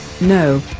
no